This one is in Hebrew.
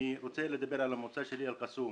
אני רוצה לדבר על המועצה שלי, אל קסום.